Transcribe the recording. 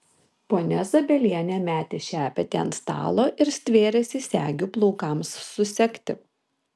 ponia zabielienė metė šepetį ant stalo ir stvėrėsi segių plaukams susegti